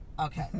Okay